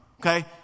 okay